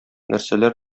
нәрсәләр